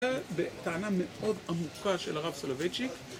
בטענה מאוד עמוקה של הרב סולובייצ'יק.